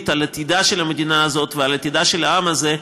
לעתידה של המדינה הזאת ולעתידו של העם הזה,